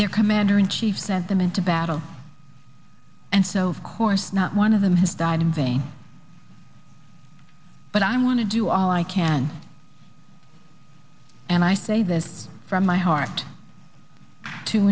their commander in chief sent them into battle and so of course not one of them has died in vain but i want to do i can and i say this from my heart to